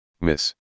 miss